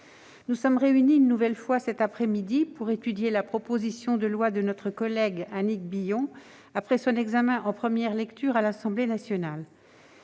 nous sommes réunis une nouvelle fois cet après-midi pour étudier la proposition de loi de notre collègue Annick Billon, après son examen en première lecture à l'Assemblée nationale.